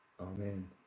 Amen